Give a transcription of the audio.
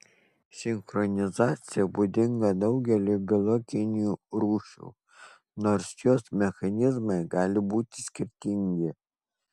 sinchronizacija būdinga daugeliui biologinių rūšių nors jos mechanizmai gali būti skirtingi